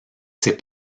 ses